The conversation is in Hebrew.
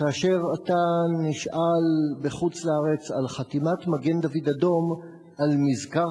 כאשר אתה נשאל בחוץ-לארץ על חתימת מגן-דוד-אדום על מזכר